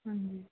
ਹਾਂਜੀ